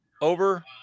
over